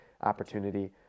opportunity